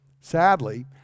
sadly